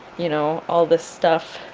you know, all this stuff,